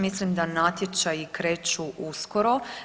Mislim da natječaji kreću uskoro.